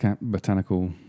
botanical